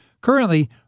Currently